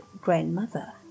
grandmother